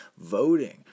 voting